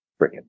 freaking